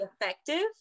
effective